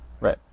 Right